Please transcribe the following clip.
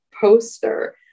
poster